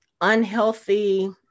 unhealthy